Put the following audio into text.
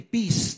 Peace